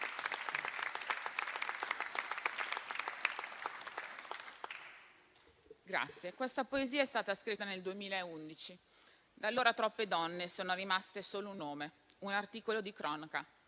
Questa poesia è stata scritta nel 2017. Da allora troppe donne sono rimaste solo un nome, un articolo di cronaca,